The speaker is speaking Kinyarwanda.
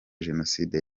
jenoside